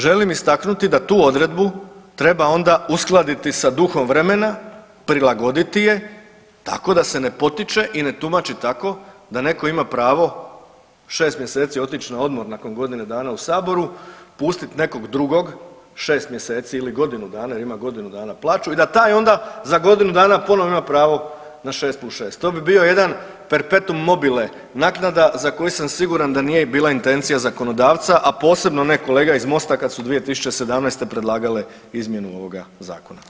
Želim istaknuti da tu odredbu treba onda uskladiti sa duhom vremena, prilagoditi je tako da se ne potiče i ne tumači tako da netko ima pravo 6 mjeseci otići na odmor nakon godine dana u saboru, pustiti nekog drugog 6 mjeseci ili godinu dana jer ima godinu dana plaću i taj onda za godinu dana ponovno ima pravo na 6 + 6. To bi bio jedan prepetuum mobile naknada za koju sam siguran da nije bila intencija zakonodavca, a posebno ne kolega iz MOST-a kada su 2017. predlagale izmjenu ovoga zakona.